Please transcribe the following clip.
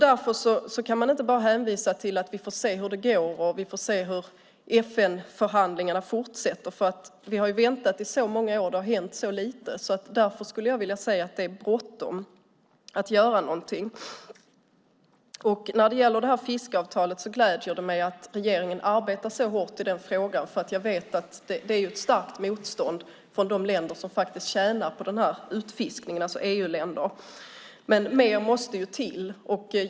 Vi kan inte bara hänvisa till att vi får se hur det går och hur FN-förhandlingarna fortsätter. Vi har väntat i så många år, och det har hänt så lite. Det är bråttom att göra något. Det gläder mig att regeringen arbetar så hårt i frågan om fiskeavtalet. Jag vet att det finns ett starkt motstånd från de EU-länder som faktiskt tjänar på utfiskningen. Mer måste till.